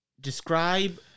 describe